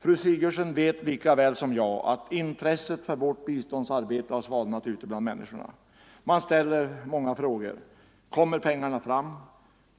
Fru Sigurdsen vet lika väl som jag, att intresset för vårt biståndsarbete har svalnat ute bland männi 47 skorna. Man ställer många frågor: Kommer pengarna fram?